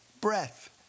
breath